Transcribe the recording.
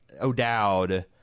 O'Dowd